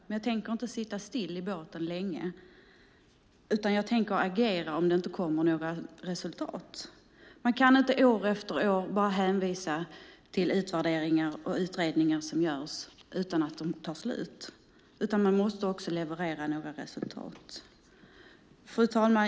Men jag tänker inte sitta still i båten länge, utan jag tänker agera om det inte kommer några resultat. Man kan inte år efter år bara hänvisa till utvärderingar och utredningar som görs utan att de tar slut, utan man måste också leverera resultat. Fru talman!